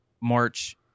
March